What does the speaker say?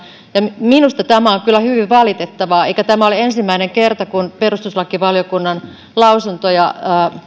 ja minusta tämä on kyllä hyvin valitettavaa eikä tämä ole ensimmäinen kerta tällä vaalikaudella kun perustuslakivaliokunnan lausuntoja